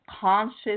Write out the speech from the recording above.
conscious